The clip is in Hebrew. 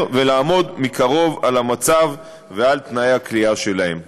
ולעמוד מקרוב על המצב ועל תנאי הכליאה שלהם.